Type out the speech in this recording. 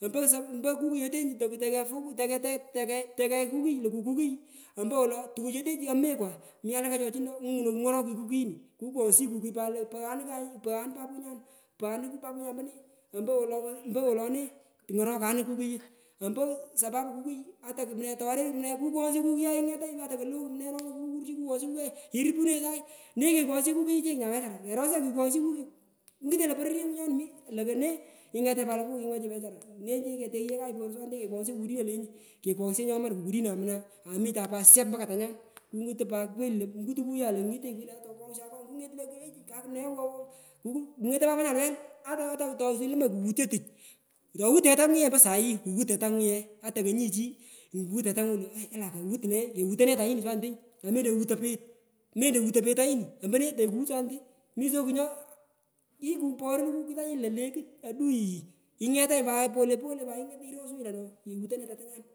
ompo kukuyetenyu takoyfug teke teke tokegh kukui luku kukui ompowolo tukuchini kyomekwa miwalaka chakochundo kungunoi kungorokuni kukuyini kukwoghshi kukui pat lo poghunukuyai kayu poghanu paponyan ipoghanun paponyan mpone mpowolo ku mpowole le tunyorukanu kukuyu ompo sapapu kukui ata torir kumne kukwoghsho kukuyai impunenyi sany nenyu kekwoghsho kukuyu chile nya wechara kerosa kuyu kekwoghsho kukuyu ngutonyi lo pororyenyengu nyoni mi ntokore ingetanyi pat la puu imwochunyi wechara nenyu keteghyeo kayu aswanete kekwoghsho kukudino lenyu, kekwoghsho nyoman kukudino amuna amitan pat syup ompo katanyan kungutu pat kweli ikungutu kukuyai lo mitenyi ata kokwoghshan akonga kule kakumne ngo ku ngetoi papanya lowel ata ata kusuwuyi le pewutyo tuch tetanguye mpo saii kuwut tetanguye ata konyi chii kughut tetangu akewut lone keghutone tanyinii aswanete nya anguanyi mewutoi pet mentowutoi pet mpone tokuwut swanete mi so kung nyo kikuponu tanyu lo lekut adui yii tanyi pat pole pole ange iros unyi lo no kewutone tatanyan.